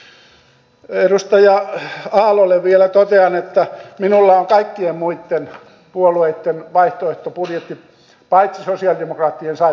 edustaja aallolle vielä totean että minulla on kaikkien muitten puolueitten vaihtoehtobudjetti paitsi sosialidemokraattien sain vasta eilen